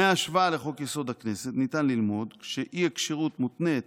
מההשוואה לחוק-יסוד: הכנסת ניתן ללמוד שאי-הכשירות מותנית